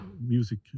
music